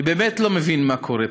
אני באמת לא מבין מה קורה פה.